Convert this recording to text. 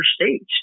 states